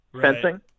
fencing